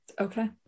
okay